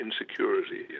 insecurity